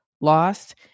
lost